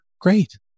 great